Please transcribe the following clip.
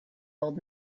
old